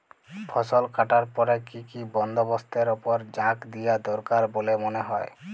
ফসলকাটার পরে কি কি বন্দবস্তের উপর জাঁক দিয়া দরকার বল্যে মনে হয়?